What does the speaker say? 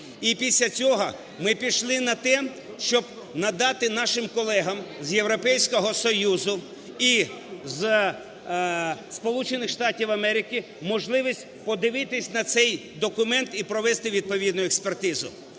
і після цього ми пішли на те, щоб надати нашим колегам з Європейського Союзу і зі Сполучених Штатів Америки можливість подивитися на цей документ і провести відповідну експертизу.